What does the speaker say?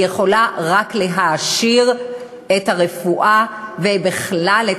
היא יכולה רק להעשיר את הרפואה ובכלל את